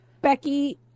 Becky